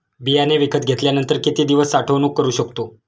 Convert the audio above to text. बियाणे विकत घेतल्यानंतर किती दिवस साठवणूक करू शकतो?